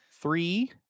three